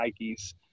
Nikes